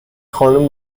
خانم